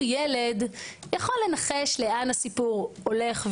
ילד יכול לנחש לאן הסיפור הולך,